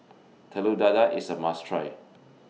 Telur Dadah IS A must Try